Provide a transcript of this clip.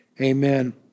Amen